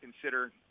consider